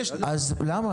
למה?